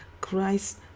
christ